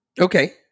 Okay